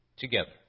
together